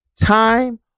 time